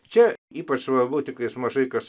čia ypač svarbu tiktai mažai kas